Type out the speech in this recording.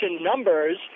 numbers